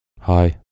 Hi